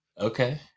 Okay